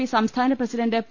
P സംസ്ഥാന president P